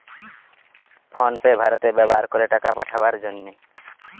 phone pay ভারতে ব্যাভার করে টাকা পাঠাবার জন্যে